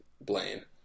Blaine